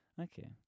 okay